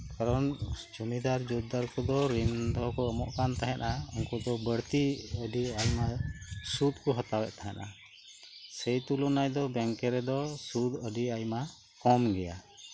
ᱠᱟᱨᱚᱱ ᱡᱚᱢᱤᱫᱟᱨ ᱡᱳᱛᱫᱟᱨ ᱠᱚᱫᱚ ᱨᱤᱱ ᱛᱮᱦᱚᱸ ᱠᱚ ᱮᱢᱚᱜ ᱠᱟᱱ ᱛᱟᱸᱦᱮᱱᱟ ᱩᱱᱠᱩ ᱠᱚ ᱵᱟᱹᱲᱛᱤ ᱟᱹᱰᱤ ᱟᱭᱢᱟ ᱥᱩᱫ ᱠᱚ ᱦᱟᱛᱟᱣ ᱮᱫ ᱛᱟᱸᱦᱮᱱᱟ ᱥᱮᱭ ᱛᱩᱞᱚᱱᱟ ᱥᱩᱫ ᱟᱹᱰᱤ ᱟᱭᱢᱟ ᱠᱚᱢ ᱜᱮᱭᱟ